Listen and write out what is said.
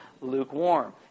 lukewarm